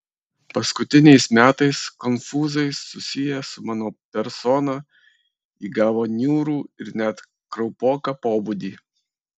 paskutiniais metais konfūzai susiję su mano persona įgavo niūrų ir net kraupoką pobūdį